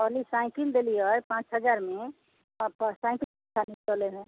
कहलियै साइकिल देलियै पाँच हजारमे पर साइकिल अच्छा नहि चलै है